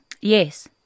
Yes